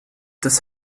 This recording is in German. das